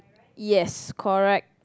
yes correct